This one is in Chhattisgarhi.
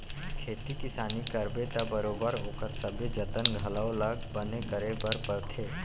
खेती किसानी करबे त बरोबर ओकर सबे जतन घलौ ल बने करे बर परथे